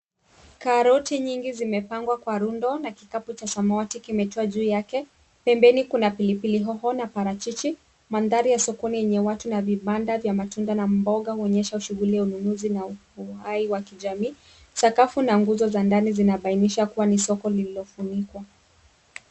Karoti nyingi zimepangwa kwa rundo na kikapu cha samawati kimetua juu yake. Pembeni kuna pilipili hoho na parachichi. Mandhari ya soko ni yenye watu na vibanda vya matunda na mboga huonyesha shughuli ya ununuzi na uhai wa kijamii. Sakafu na nguzo za ndani zinabainisha kuwa ni soko lililofunikwa.